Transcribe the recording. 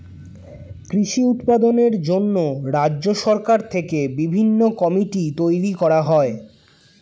কৃষি উৎপাদনের জন্য রাজ্য সরকার থেকে বিভিন্ন কমিটি তৈরি করা হয়